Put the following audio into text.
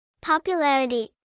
Popularity